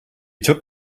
took